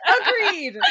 Agreed